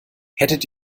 hättet